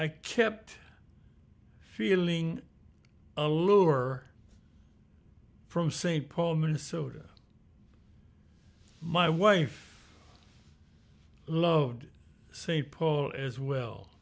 i kept feeling a little more from st paul minnesota my wife loved st paul as well